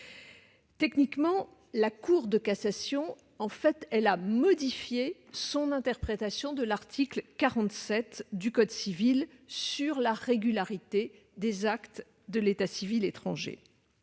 Techniquement, la Cour de cassation a modifié son interprétation de l'article 47 du code civil sur la régularité des actes de l'état civil étranger.